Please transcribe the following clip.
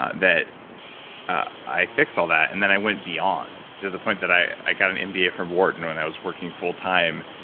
ah that i fixed all that and then i went beyond to the point that i i got an mba from wharton when i was working full time,